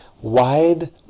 Wide